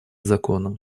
законом